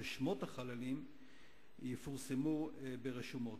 ושמות החללים יפורסמו ברשומות.